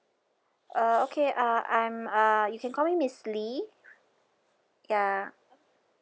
uh okay uh I'm uh you can call me miss lee ya